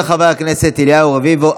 של חבר הכנסת אליהו רביבו.